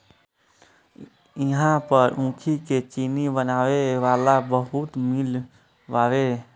इहां पर ऊखी के चीनी बनावे वाला बहुते मील हवे